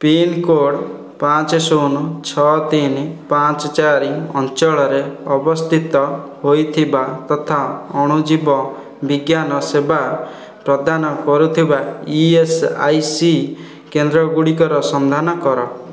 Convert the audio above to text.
pincode ପାଞ୍ଚ ଶୂନ ଛଅ ତିନ ପାଞ୍ଚ ଚାରି ଅଞ୍ଚଳରେ ଅବସ୍ଥିତ ହୋଇଥିବା ତଥା ଅଣୁଜୀବ ବିଜ୍ଞାନ ସେବା ପ୍ରଦାନ କରୁଥିବା ଇ ଏସ୍ ଆଇ ସି କେନ୍ଦ୍ର ଗୁଡ଼ିକର ସନ୍ଧାନ କର